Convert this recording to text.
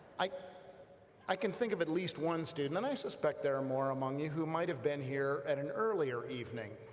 i i can think of at least one student and i suspect there are more among you who might have have been here at an earlier evening